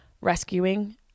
rescuing